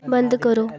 बंद करो